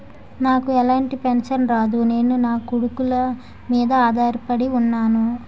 నాకు ఎలాంటి పెన్షన్ రాదు నేను నాకొడుకుల మీద ఆధార్ పడి ఉన్నాను